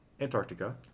Antarctica